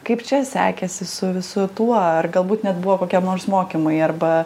kaip čia sekėsi su visu tuo ar galbūt net buvo kokie nors mokymai arba